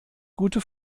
gute